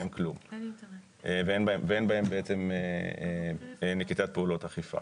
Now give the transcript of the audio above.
ואין בהם בעצם נקיטת פעולות אכיפה.